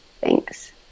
Thanks